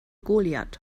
goliath